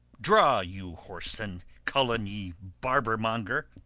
draw, you whoreson cullionly barbermonger,